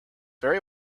very